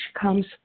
comes